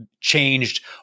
changed